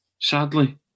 Sadly